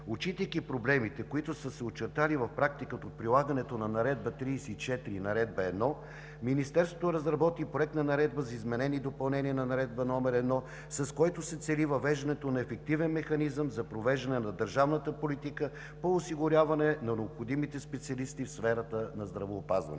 Отчитайки проблемите, които са се очертали в практиката от прилагането на Наредба № 34 и Наредба № 1, Министерството разработи Проект на наредба за изменение и допълнение на Наредба № 1, с което се цели въвеждането на ефективен механизъм за провеждането на държавната политика по осигуряване на необходимите специалисти в сферата на здравеопазването.